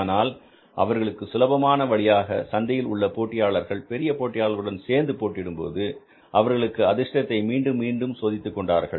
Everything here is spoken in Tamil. ஆனால் அவர்களுக்கு சுலபமான வழியாக சந்தையில் உள்ள போட்டியாளர்கள் பெரிய போட்டியாளர்களுடன் சேர்ந்து போட்டியிடும் போது அவர்களுடைய அதிர்ஷ்டத்தை மீண்டும் மீண்டும் சோதித்துக் கொண்டார்கள்